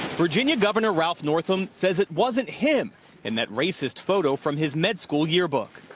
virginia governor ralph northam says it wasn't him in that racist photo from his med school yearbook.